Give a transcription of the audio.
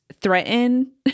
threaten